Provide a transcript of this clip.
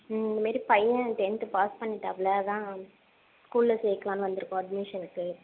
ம் இந்தமாரி பையன் டென்த் பாஸ் பண்ணிவிட்டாப்ல அதான் ஸ்கூலில் சேர்க்கலான்னு வந்துருக்கோம் அட்மிஷனுக்கு